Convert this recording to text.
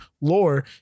lore